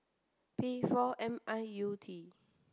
P four M I U T